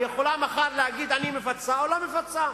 היא יכולה מחר להגיד אני מפצה או לא מפצה,